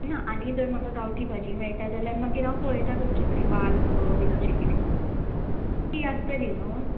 ना आनी जर म्हाका गांवटी भाजी मेळटा जाल्यार मागीर हांव पळयतां तुमचे कडेन वाल मुळो बी तशें कितें ती आसतली न्हू